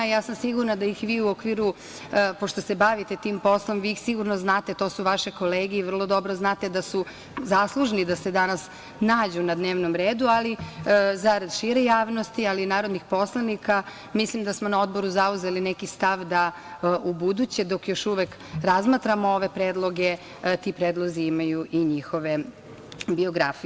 Sigurna sam da ih vi u okviru, pošto se bavite tim poslom, vi ih sigurno znate, to su vaše kolege i vrlo dobro znate da su zaslužni da se danas nađu na dnevno redu, ali zarad šire javnosti, ali i narodnih poslanika, mislim da smo na Odboru zauzeli neki stav da u buduće, dok još uvek razmatramo ove predloge, ti predlozi imaju i njihove biografije.